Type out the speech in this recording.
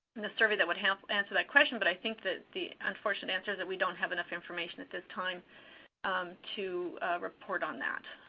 and the survey that would help answer that question, but i think the unfortunate answer is that we don't have enough information at this time to report on that.